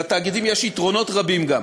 לתאגידים יש יתרונות רבים גם.